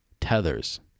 tethers